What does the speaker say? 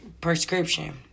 prescription